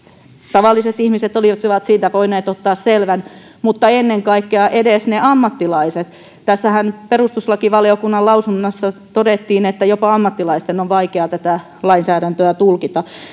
tavalliset ihmiset olisivat siitä voineet ottaa selvän mutta ennen kaikkea edes ne ammattilaiset perustuslakivaliokunnan lausunnossahan todettiin että jopa ammattilaisten on vaikea tätä lainsäädäntöä tulkita